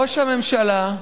ראש הממשלה,